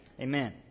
Amen